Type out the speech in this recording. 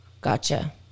gotcha